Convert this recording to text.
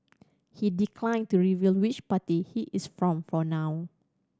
he declined to reveal which party he is from for now